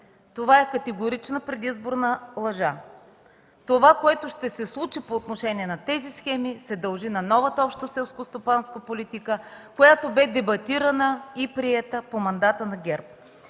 това е категорична предизборна лъжа. Това, което ще се случи по отношение на тези схеми, се дължи на новата Обща селскостопанска политика, която бе дебатирана и приета през мандата на ГЕРБ.